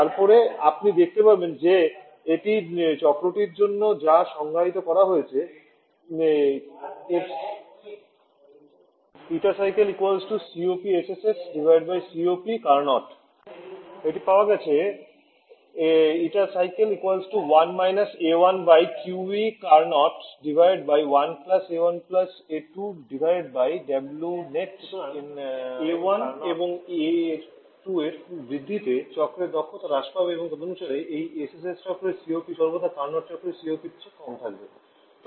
তারপরে আপনি দেখতে পেয়েছেন যে এই চক্রটির জন্য যা সংজ্ঞায়িত করা হয়েছে এটি পাওয়া গেছে সুতরাং A 1 এবং A 2 এর বৃদ্ধিতে চক্রের দক্ষতা হ্রাস পাবে এবং তদনুসারে এই এসএসএস চক্রের COP সর্বদা কার্নোট চক্রের সিওপির চেয়ে কম থাকবে